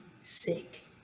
sick